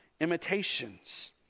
imitations